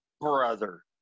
brother